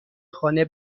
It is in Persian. خانه